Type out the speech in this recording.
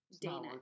Dana